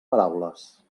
paraules